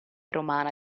romana